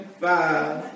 five